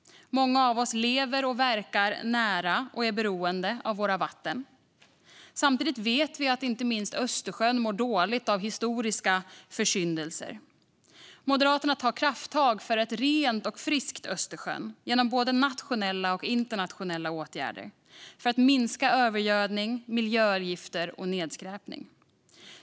Många av oss lever och verkar nära och är beroende av våra vatten. Samtidigt vet vi att inte minst Östersjön mår dåligt av historiska försyndelser. Moderaterna tar krafttag för ett rent och friskt Östersjön genom både nationella och internationella åtgärder för att minska övergödning, miljögifter och nedskräpning.